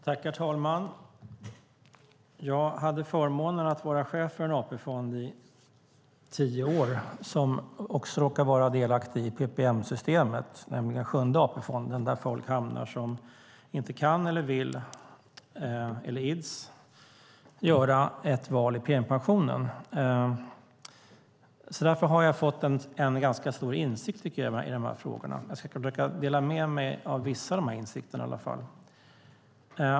Herr talman! Jag hade förmånen att vara chef för en AP-fond i tio år som också råkade vara delaktig i PPM-systemet, nämligen Sjunde AP-fonden. Där hamnar människor som inte kan, vill eller ids göra ett val för premiepensionen. Därför har jag fått en ganska stor insikt i frågorna. Jag ska försöka att dela med mig av i varje fall vissa av de insikterna.